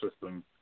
system